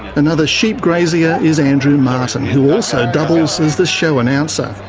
another sheep grazier is andrew martin, who also doubles as the show announcer.